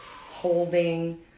holding